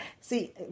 See